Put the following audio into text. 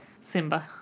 Simba